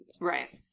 right